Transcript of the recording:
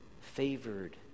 favored